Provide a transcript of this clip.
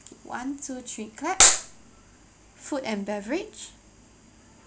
one two three clap food and beverage